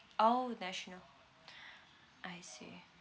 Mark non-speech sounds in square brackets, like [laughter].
orh national [breath] I see